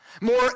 More